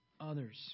others